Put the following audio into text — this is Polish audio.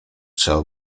trzeba